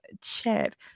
chat